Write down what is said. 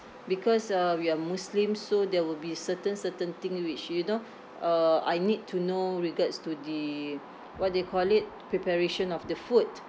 because uh we are muslim so there will be certain certain thing which you know uh I need to know regards to the what do you call it preparation of the food